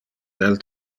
del